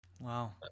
Wow